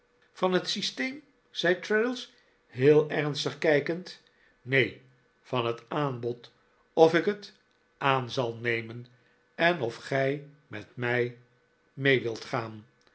van het systeem zei traddles heel ernstig kijkend neen van het aanbod of ik het aan zal nemen en of gij met mij me e wilt gaan